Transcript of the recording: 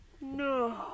No